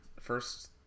first